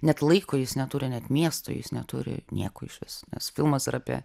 net laiko jis neturi net miesto jis neturi nieko išvis nes filmas yra apie